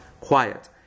quiet